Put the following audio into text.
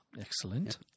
Excellent